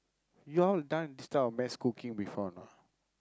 you all done this kind of mass cooking before or not